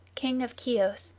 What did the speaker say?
king of chios,